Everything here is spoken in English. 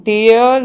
Dear